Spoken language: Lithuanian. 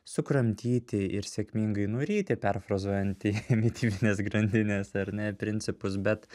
sukramtyti ir sėkmingai nuryti perfrazuojant į į mitybinės grandinės ar ne principus bet